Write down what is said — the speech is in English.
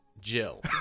Jill